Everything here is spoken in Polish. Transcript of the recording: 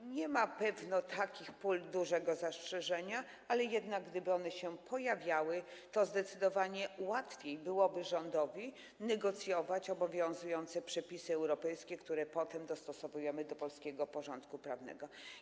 I nie ma pewnie takich pól dużego zastrzeżenia, ale gdyby one się jednak pojawiały, to zdecydowanie łatwiej byłoby rządowi negocjować obowiązujące przepisy europejskie, które potem dostosowujemy do polskiego porządku prawnego.